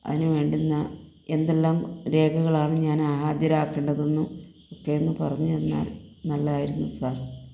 അതിന് വേണ്ടുന്ന എന്തെല്ലാം രേഖകളാണ് ഞാൻ ഹാജരാക്കേണ്ടതെന്നും ഒക്കെ ഒന്ന് പറഞ്ഞുതന്നാൽ നല്ലതായിരുന്നു സാർ